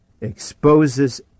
exposes